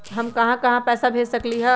हम कहां कहां पैसा भेज सकली ह?